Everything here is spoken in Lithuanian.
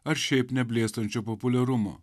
ar šiaip neblėstančio populiarumo